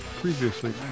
previously